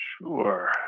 Sure